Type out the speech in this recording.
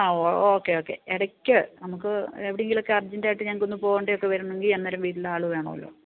ആ ഓക്കെ ഒക്കെ ഇടയ്ക്ക് നമുക്ക് എവിടെയെങ്കിലുമൊക്കെ അർജൻറ്റായിട്ട് ഞങ്ങള്ക്കൊന്ന് പോകേണ്ടിയൊക്കെ വരുന്നുവെങ്കില് അന്നേരം വീട്ടിൽ ആളു വേണമല്ലോ